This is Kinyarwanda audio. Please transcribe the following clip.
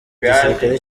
igisirikare